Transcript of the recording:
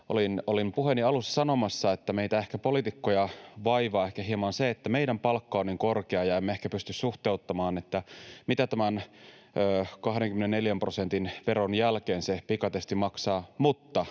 olin puheeni alussa sanomassa, että ehkä meitä poliitikkoja vaivaa hieman se, että meidän palkkamme on niin korkea ja emme ehkä pysty suhteuttamaan, mitä tämän 24 prosentin veron jälkeen se pikatesti maksaa, mutta